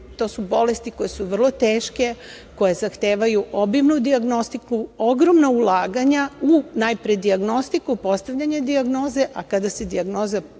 to su bolesti koje su vrlo teške, koje zahtevaju obimnu dijagnostiku, ogromna ulaganja u najpre dijagnostiku, postavljanje dijagnoze, a kada se dijagnoza